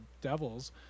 devils